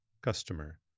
customer